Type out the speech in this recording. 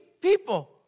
people